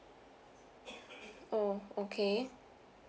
oh okay